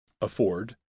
afford